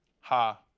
Ha